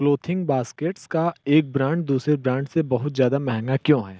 clothing baskets का एक brand दूसरे ब्रांड से बहुत ज़्यादा महंगा क्यों है